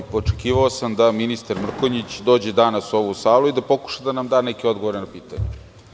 Očekivao sam da ministar Mrkonjić dođe danas u ovu salu i da pokuša da nam da odgovore na pitanja.